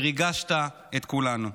וריגשת את כולנו.